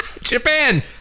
Japan